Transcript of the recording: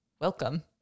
Welcome